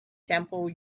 temple